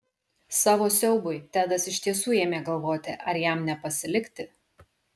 savo siaubui tedas iš tiesų ėmė galvoti ar jam nepasilikti